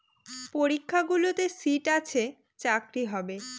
পরীক্ষাগুলোতে সিট আছে চাকরি হবে